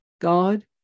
God